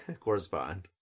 correspond